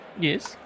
Yes